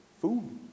Food